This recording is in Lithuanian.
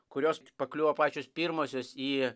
kurios pakliuvo pačios pirmosios į